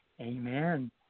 Amen